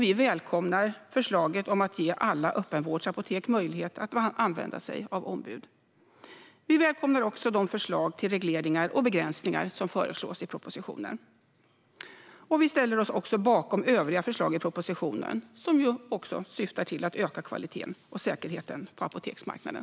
Vi välkomnar förslaget om att ge alla öppenvårdsapotek möjlighet att använda sig av ombud. Vi välkomnar också de förslag till regleringar och begränsningar som läggs fram i propositionen. Vi ställer oss även bakom övriga förslag i propositionen vilka syftar till att öka kvaliteten och säkerheten på apoteksmarknaden.